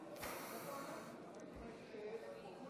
אדוני